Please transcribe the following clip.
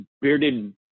bearded